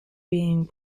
being